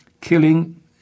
killing